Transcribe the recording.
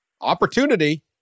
Opportunity